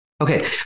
Okay